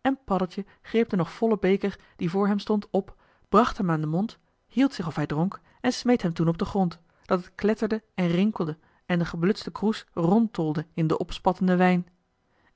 en paddeltje greep den nog vollen beker die voor hem stond op bracht hem aan den mond hield zich of hij dronk en smeet hem toen op den grond dat het kletterde en rinkelde en de geblutste kroes rondtolde in den opspattenden wijn